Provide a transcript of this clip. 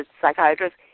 psychiatrist